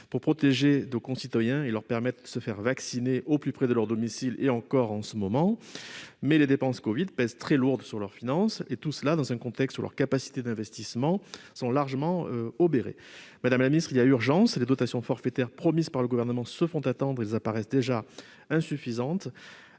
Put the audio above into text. pour protéger nos concitoyens et leur permettre de se faire vacciner au plus près de leur domicile- on peut encore le constater en ce moment. Cependant, les dépenses liées au covid pèsent très lourd sur leurs finances, dans un contexte où leurs capacités d'investissement sont largement obérées. Madame la ministre, il y a urgence ! Les dotations forfaitaires promises par le Gouvernement se font attendre et apparaissent déjà insuffisantes.